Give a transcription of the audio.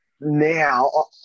now